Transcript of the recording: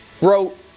wrote